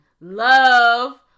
Love